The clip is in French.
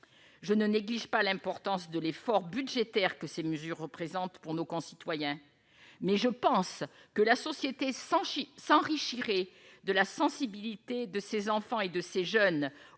je ne néglige pas l'importance de l'effort budgétaire que ces mesures représentent pour nos concitoyens, mais je pense que la société Sanchis s'enrichir et de la sensibilité de ses enfants et de ces jeunes au